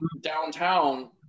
downtown